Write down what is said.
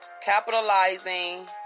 Capitalizing